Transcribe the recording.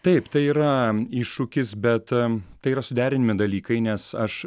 taip tai yra iššūkis bet tai yra suderinami dalykai nes aš